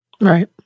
Right